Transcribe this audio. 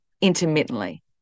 intermittently